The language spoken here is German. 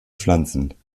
pflanzen